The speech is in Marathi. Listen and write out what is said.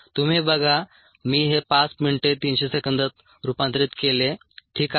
तुम्ही हे बघा मी हे 5 मिनिटे 300 सेकंदात रूपांतरित केले ठीक आहे